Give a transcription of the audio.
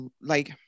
like-